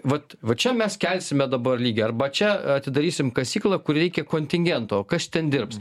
vat va čia mes kelsime dabar lygį arba čia atidarysim kasyklą kur reikia kontingento o kas ten dirbs